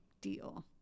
deal